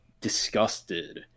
disgusted